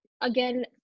again